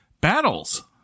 battles